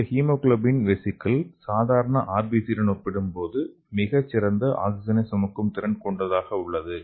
இந்த haemoglobin vesicles சாதாரண ஆர்பிசியுடன் ஒப்பிடும்போது மிகச் சிறந்த ஆக்ஸிஜனைச் சுமக்கும் திறன் கொண்டதாக உள்ளது